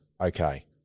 okay